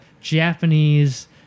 Japanese